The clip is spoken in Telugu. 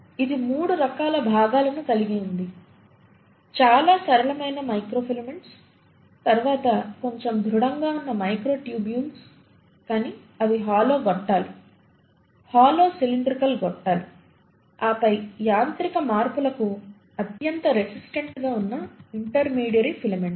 ఇది 3 రకాల భాగాలను కలిగి ఉంది చాలా సరళమైన మైక్రోఫిలమెంట్స్ తరువాత కొంచెంగా ధృఢంగా ఉన్న మైక్రోటూబూల్స్ కాని అవి హాలో గొట్టాలు హాలో సీలిండ్రికల్ గొట్టాలు ఆపై యాంత్రిక మార్పులకు అత్యంత రెసిస్టెంట్ గా ఉన్న ఇంటర్మీడియరీ ఫిలమెంట్స్